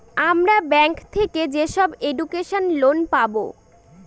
আমরা ব্যাঙ্ক থেকে যেসব এডুকেশন লোন পাবো